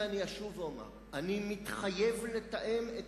ואני אשוב ואומר: אני מתחייב לתאם את